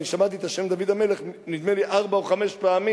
אני שמעתי את השם "דוד המלך" נדמה לי ארבע או חמש פעמים,